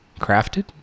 Crafted